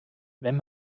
wenn